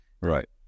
right